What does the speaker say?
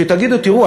שתגידו: תראו,